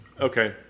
Okay